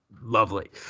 lovely